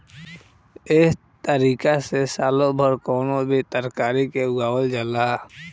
एह तारिका से सालो भर कवनो भी तरकारी के उगावल जाला